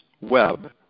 web